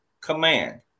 command